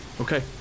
Okay